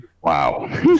Wow